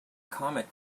comet